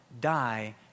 die